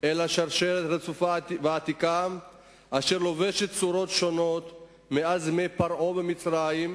אלא שרשרת רצופה ועתיקה אשר לובשת צורות שונות מאז ימי פרעה במצרים,